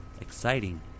exciting